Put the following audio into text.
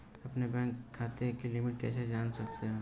अपने बैंक खाते की लिमिट कैसे जान सकता हूं?